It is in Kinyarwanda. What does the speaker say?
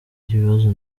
ibibazo